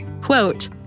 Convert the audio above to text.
quote